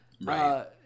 right